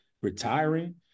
retiring